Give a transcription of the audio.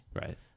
Right